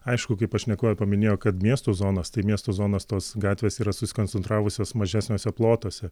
aišku kai pašnekovė paminėjo kad miesto zonos tai miesto zonos tos gatvės yra susikoncentravusios mažesniuose plotuose